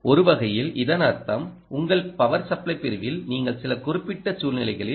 ஒரு வகையில் இதன் அர்த்தம் உங்கள் பவர் சப்ளை பிரிவில் நீங்கள் சில குறிப்பிட்ட சுழ்நிலைகளில் எல்